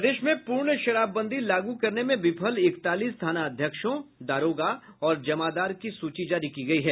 प्रदेश में पूर्ण शराबबंदी लागू करने में विफल इकतालीस थानाध्यक्षों दारोगा और जमादार की सूची जारी की गयी है